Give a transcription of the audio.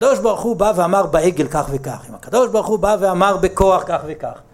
הקדוש ברוך הוא בא ואמר בעגל כך וכך הקדוש ברוך הוא בא ואמר בכוח כך וכך